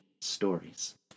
stories